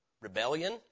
Rebellion